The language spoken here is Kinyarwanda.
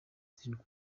zirindwi